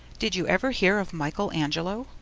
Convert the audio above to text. did you ever hear of michael angelo?